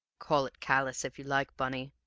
call it callous if you like, bunny,